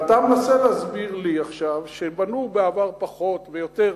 ואתה מנסה להסביר לי עכשיו שבנו בעבר פחות ויותר.